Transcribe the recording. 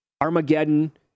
Armageddon